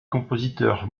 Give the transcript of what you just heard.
compositeur